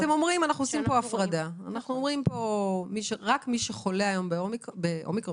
אנחנו אומרים פה: רק מי שחולה היום בקורונה,